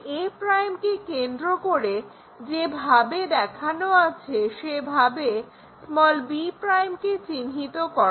a' কে কেন্দ্র করে যেভাবে দেখানো আছে সেভাবে b' কে চিহ্নিত করো